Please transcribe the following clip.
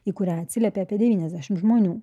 į kurią atsiliepė apie devyniasdešimt žmonių